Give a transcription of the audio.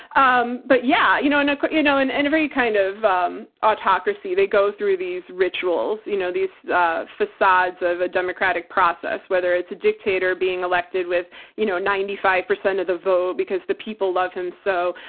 um but, yeah, you know in ah you know and and every kind of um autocracy, they go through these rituals, you know these facades of a democratic process. whether it's a dictator being elected with you know ninety five percent of the vote, because the people love him so.